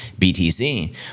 BTC